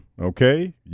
Okay